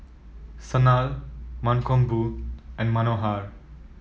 Sanal Mankombu and Manohar